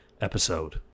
episode